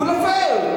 הוא נופל,